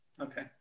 Okay